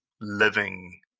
living